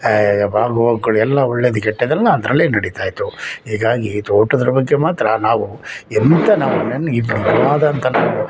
ಆಗುಹೋಗುಗಳು ಎಲ್ಲ ಒಳ್ಳೇದು ಕೆಟ್ಟದೆಲ್ಲ ಅದರಲ್ಲೆ ನಡೀತ ಇತ್ತು ಹೀಗಾಗಿ ತೋಟದ ಬಗ್ಗೆ ಮಾತ್ರ ನಾವು ಎಂಥ ನಾವು